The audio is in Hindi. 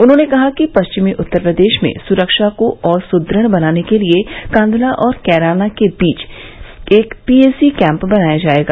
उन्होंने कहा कि पश्चिमी उत्तर प्रदेश में सुरक्षा को और सुदृढ़ बनाने के लिए कांधला और कैराना के बीच एक पीएसी कैंप बनाया जाएगा